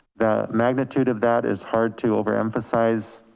the magnitude of that is hard to overemphasize.